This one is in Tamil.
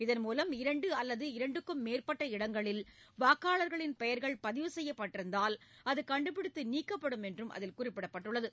இதன் மூலம் இரண்டு அல்லது இரண்டுக்கு மேற்பட்ட இடங்களில் வாக்காளர்களின் பெயர்கள் பதிவு செய்யப்பட்டிருந்தால் அது கண்டுபிடித்து நீக்கப்படும் என்று அதில் குறிப்பிடப்பட்டுள்ளது